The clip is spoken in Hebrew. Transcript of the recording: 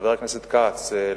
חבר הכנסת כץ,